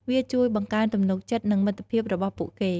វាជួយបង្កើនទំនុកចិត្ត និងមិត្តភាពរបស់ពួកគេ។